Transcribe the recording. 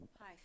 Hi